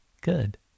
good